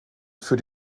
für